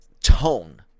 tone